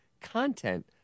content